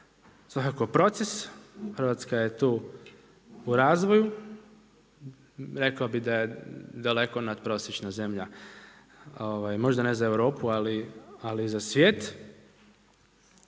svakako proces. Hrvatska je tu u razvoju. Rekao bih da je daleko nadprosječna zemlja, možda ne za Europu ali za svijet.